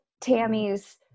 Tammy's